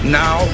now